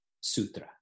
Sutra